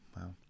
wow